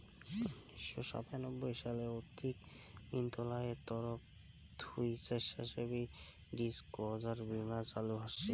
উনিশশো সাতানব্বই সালে আর্থিক মন্ত্রণালয়ের তরফ থুই স্বেচ্ছাসেবী ডিসক্লোজার বীমা চালু হসে